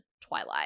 Twilight